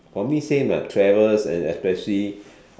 for me same ah travels and especially